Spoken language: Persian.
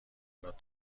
داد